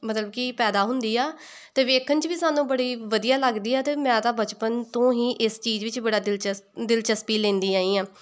ਮਤਲਬ ਕਿ ਪੈਦਾ ਹੁੰਦੀ ਆ ਅਤੇ ਵੇਖਣ 'ਚ ਵੀ ਸਾਨੂੰ ਬੜੀ ਵਧੀਆ ਲੱਗਦੀ ਆ ਅਤੇ ਮੈਂ ਤਾਂ ਬਚਪਨ ਤੋਂ ਹੀ ਇਸ ਚੀਜ਼ ਵਿੱਚ ਬੜਾ ਦਿਲਚਸ ਦਿਲਚਸਪੀ ਲੈਂਦੀ ਆਈ ਹਾਂ